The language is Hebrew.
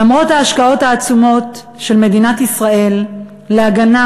למרות ההשקעות העצומות של מדינת ישראל בהגנה